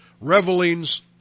revelings